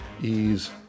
ease